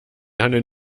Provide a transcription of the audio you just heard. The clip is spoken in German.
handeln